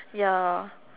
ya